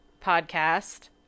podcast